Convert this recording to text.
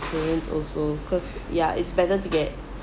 insurance also cause ya it's better to get